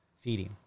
feeding